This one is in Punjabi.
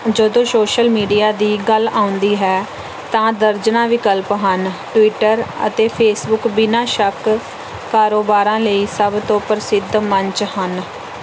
ਜਦੋਂ ਸੋਸ਼ਲ ਮੀਡੀਆ ਦੀ ਗੱਲ ਆਉਂਦੀ ਹੈ ਤਾਂ ਦਰਜਨਾਂ ਵਿਕਲਪ ਹਨ ਟਵਿੱਟਰ ਅਤੇ ਫੇਸਬੁੱਕ ਬਿਨਾਂ ਸ਼ੱਕ ਕਾਰੋਬਾਰਾਂ ਲਈ ਸਭ ਤੋਂ ਪ੍ਰਸਿੱਧ ਮੰਚ ਹਨ